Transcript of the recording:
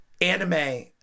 Anime